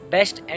Best